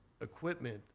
Equipment